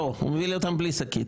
לא, הוא הביא לי אותם בלי שקית.